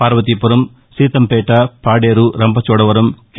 Parvathipuram Seethampeta Paderu Rampachodavaram K